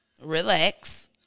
Relax